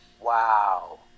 Wow